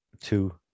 Two